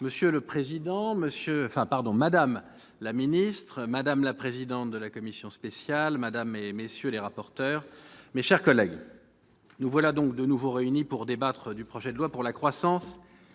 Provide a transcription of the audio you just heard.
Monsieur le président, madame la secrétaire d'État, madame la présidente de la commission spéciale, madame, messieurs les rapporteurs, mes chers collègues, nous voici de nouveau réunis pour débattre du projet de loi relatif à la croissance